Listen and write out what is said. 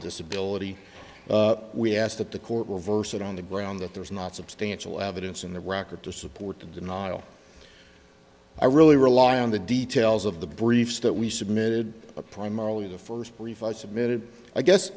disability we asked that the court reversed it on the ground that there is not substantial evidence in the record to support the denial i really rely on the details of the briefs that we submitted a primarily the first brief i submitted i guess